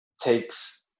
takes